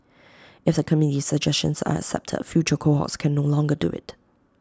if the committee's suggestions are accepted future cohorts can no longer do IT